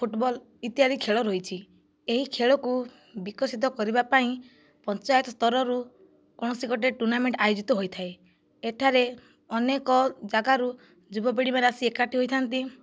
football ଇତ୍ୟାଦି ଖେଳ ରହିଛି ଏହି ଖେଳକୁ ବିକଶିତ କରିବା ପାଇଁ ପଞ୍ଚାୟତ ସ୍ଥରରୁ କୌଣସି ଗୋଟିଏ ଟୁର୍ଣ୍ଣାମେଣ୍ଟ ଆୟୋଜିତ ହୋଇଥାଏ ଏଠାରେ ଅନେକ ଯାଗାରୁ ଯୁବପିଢ଼ିମାନେ ଆସି ଏକାଠି ହୋଇଥାନ୍ତି